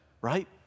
right